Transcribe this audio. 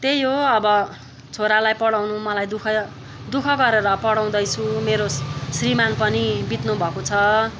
त्यही हो अब छोरालाई पढाउनु मलाई दु ख दु ख गरेर पढाउँदै छु मेरो श्रीमान पनि बित्नु भएको छ